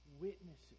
witnesses